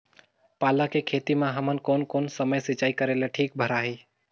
पाला के खेती मां हमन कोन कोन समय सिंचाई करेले ठीक भराही?